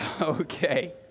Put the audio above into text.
Okay